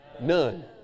None